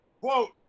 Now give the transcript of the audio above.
Quote